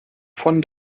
von